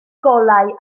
golau